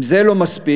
אם זה לא מספיק,